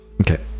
Okay